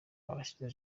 abazize